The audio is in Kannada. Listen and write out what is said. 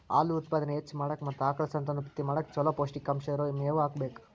ಹಾಲು ಉತ್ಪಾದನೆ ಹೆಚ್ಚ್ ಮಾಡಾಕ ಮತ್ತ ಆಕಳ ಸಂತಾನೋತ್ಪತ್ತಿ ಮಾಡಕ್ ಚೊಲೋ ಪೌಷ್ಟಿಕಾಂಶ ಇರೋ ಮೇವು ಹಾಕಬೇಕು